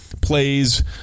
plays